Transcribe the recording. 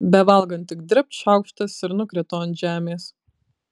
bevalgant tik dribt šaukštas ir nukrito ant žemės